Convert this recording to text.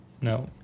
No